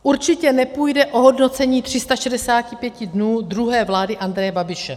Určitě nepůjde o hodnocení 365 dnů druhé vlády Andreje Babiše.